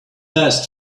best